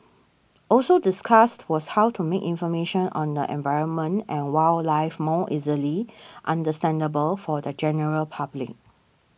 also discussed was how to make information on the environment and wildlife more easily understandable for the general public